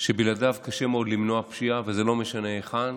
שבלעדיו קשה מאוד למנוע פשיעה, וזה לא משנה היכן,